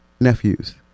nephews